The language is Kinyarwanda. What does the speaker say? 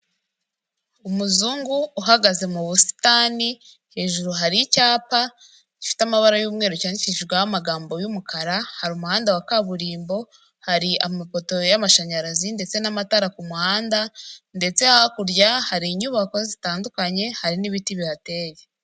Umuzungu uhagaze mu busitani, hejuru hari icyapa gifite amabara y'umweru cyandikishijweho amagambo y'umukara, hari umuhanda wa kaburimbo, hari amapoto y'amashanyarazi ndetse n'amatara ku muhanda, ndetse hakurya hari inyubako zitandukanye hari n'ibiti bihateye.